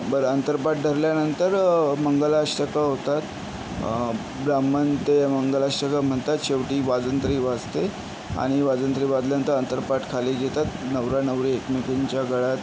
बरं अंतरपाट धरल्यानंतर मंगलाष्टकं होतात ब्राम्हण ते मंगलाष्टकं म्हणतात शेवटी वाजंत्री वाजते आणि वाजंत्री वाजल्यानंतर अंतरपाट खाली घेतात नवरा नवरी एकमेकींच्या गळ्यात